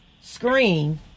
screen